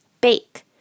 Bake